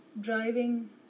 driving